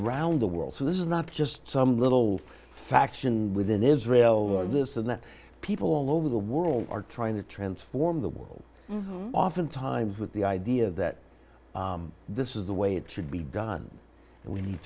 around the world so this is not just some little faction within israel this and that people all over the world are trying to transform the world oftentimes with the idea that this is the way it should be done and we need